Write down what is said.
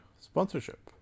sponsorship